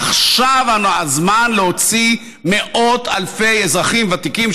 עכשיו הזמן להוציא מאות אלפי אזרחים ותיקים,